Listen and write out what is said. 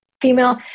female